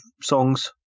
songs